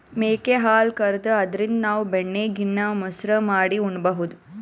ಮೇಕೆ ಹಾಲ್ ಕರ್ದು ಅದ್ರಿನ್ದ್ ನಾವ್ ಬೆಣ್ಣಿ ಗಿಣ್ಣಾ, ಮಸರು ಮಾಡಿ ಉಣಬಹುದ್